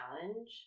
challenge